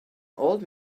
old